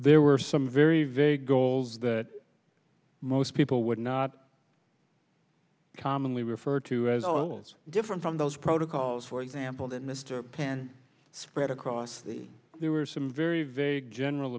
there were some very vague goals that most people would not commonly refer to as all those different from those protocols for example that mr pan spread across the there were some very very general